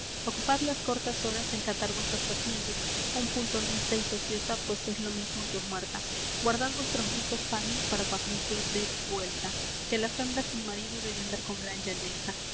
ocupad las cortas horas en catar vuesas faciendas un punto no estéis ociosa pues es lo mismo que muerta guardad vuestros ricos paños para cuando yo dé vuelta que la fembra sin marido debe andar con gran